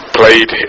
played